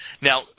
Now